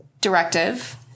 directive